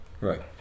Right